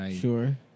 Sure